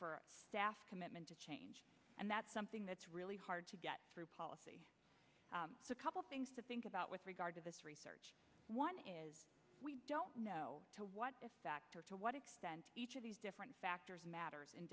for staff commitment to change and that's something that's really hard to get through policy so a couple things to think about with regard to this research one is we don't know to what to what extent each of these different factors matters in